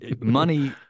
money